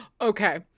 Okay